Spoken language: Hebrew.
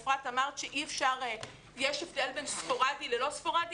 אפרת, אמרת שיש הבדל בין ספורדי ללא ספורדי?